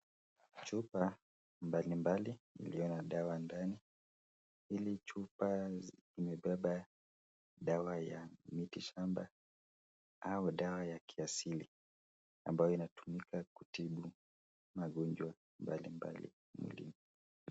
Chupa mbalimbali iliyo na dawa ndani. Hili chupa zimebeba dawa ya miti shamba au dawa ya kiasili, ambayo inatumika kutibu magonjwa mbalimbali mwilini.